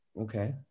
okay